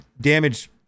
damage